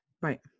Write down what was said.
Right